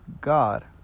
God